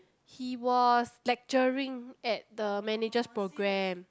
he was lecturing at the managers programme